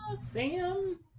Sam